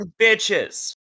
bitches